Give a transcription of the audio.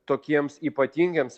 tokiems ypatingiems